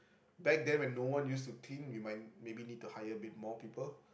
back then when no one used to clean we might maybe need to hire a bit more people